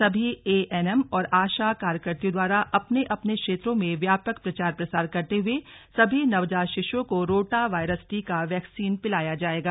सभी A N M और आशा कार्यकत्रियों द्वारा अपने अपने क्षेत्रों में व्यापक प्रचार प्रसार करते हुए सभी नवजात शिशुओं को रोटावायरस टीका वैक्सीन पिलाया जाएगा